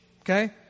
Okay